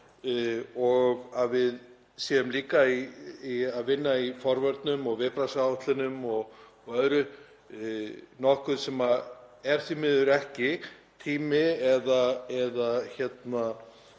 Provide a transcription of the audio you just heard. og að við séum líka að vinna í forvörnum og viðbragðsáætlunum og öðru, nokkuð sem er því miður ekki tími eða